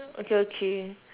okay okay